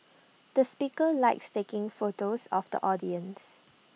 the speaker likes taking photos of the audience